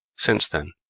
since, then,